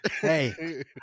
Hey